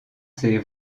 ses